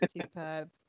superb